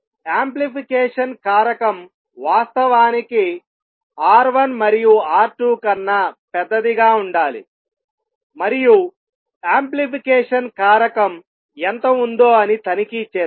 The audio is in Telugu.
యాంప్లిఫికేషన్ కారకం వాస్తవానికి R1 మరియు R2 కన్నా పెద్దదిగా ఉండాలి మరియు యాంప్లిఫికేషన్ కారకం ఎంత ఉందో అని తనిఖీ చేద్దాం